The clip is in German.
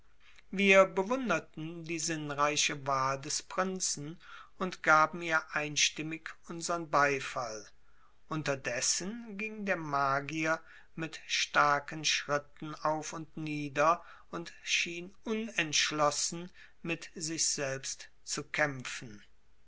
wir bewunderten die sinnreiche wahl des prinzen und gaben ihr einstimmig unsern beifall unterdessen ging der magier mit starken schritten auf und nieder und schien unentschlossen mit sich selbst zu kämpfen